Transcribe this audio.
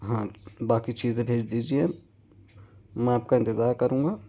ہاں باقی چیزیں بھیج دیجیے میں آپ کا انتظار کروں گا